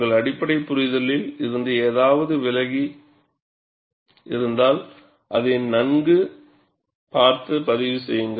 உங்கள் அடிப்படை புரிதலில் இருந்து எதாவது விலகி இருந்தால் அதை நங்கு பார்த்து பதிவு செய்யுங்கள்